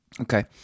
okay